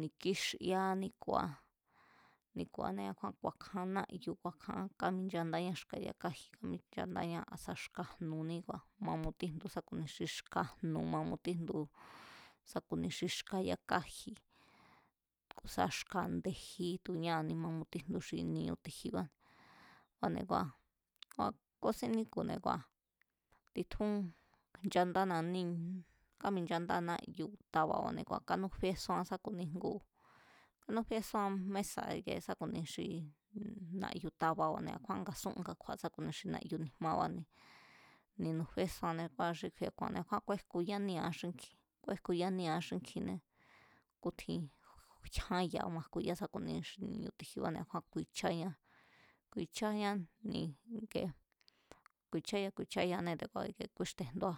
Ni̱kíxiá níkua̱ níku̱anee̱, a̱ kjúán ku̱a̱kjaan nayu̱ ku̱a̱kjaán, káminchandáñá xka̱ ya kaji̱ káminchandáña sá xkanu̱ni ma mutíjndu xka̱ jnu̱ ma mutíjndu ku̱ sá ku̱ni xi xka̱ yakáji̱ ku̱ sá xka̱ nde̱ji, tu̱ ñaa̱ni ma mutíjndu xi ni̱u̱ ti̱jiba, kua̱, kúsín níku̱ne̱ ngua̱ titjún nchandána níñ, káminchandána náyu̱ba̱ne̱ kua̱ kanúfesúan sá ku̱ni ngu, núfésúan mesa̱ sá ku̱ni xi na̱yu̱ tababa̱ne̱ a̱kjúán nga̱súnga kju̱a̱ sa ku̱ni xi na̱yu̱ ni̱jmabane̱ ni̱ núfesúnñane kua̱ xi kju̱i̱ ku̱a̱nne̱ a̱ kjúan kúéjkuyánia̱ xínkji, kúejkuyaníéa̱a xínkjinée̱, kútjín jyán ya majkuya sa ku̱ni xi ni̱ñu̱ ti̱jibane̱, ku̱i̱cháñá ikie ku̱i̱chayaá ku̱i̱chayaanée̱ te̱kua̱ ikie kúírtejndúa,